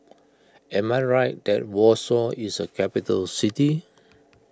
am I right that Warsaw is a capital city